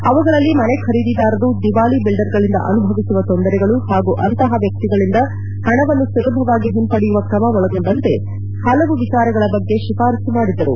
ಅವುಗಳಲ್ಲಿ ಮನೆ ಖರೀದಿದಾರರು ದಿವಾಳಿ ಬಿಲ್ಲರ್ಗಳಿಂದ ಅನುಭವಿಸುವ ತೊಂದರೆಗಳು ಹಾಗೂ ಅಂತಹ ವ್ಯಕ್ತಿಗಳಿಂದ ಹಣವನ್ನು ಸುಲಭವಾಗಿ ಹಿಂಪಡೆಯುವ ಕ್ರಮ ಒಳಗೊಂಡಂತೆ ಹಲವು ವಿಚಾರಗಳ ಬಗ್ಗೆ ಶಿಫಾರಸು ಮಾಡಿದ್ದರು